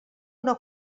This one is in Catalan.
una